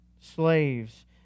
Slaves